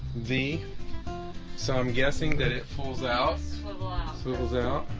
the so, i'm guessing that it pulls out pulls out